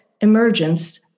Emergence